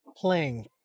playing